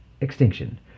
extinction